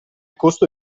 costo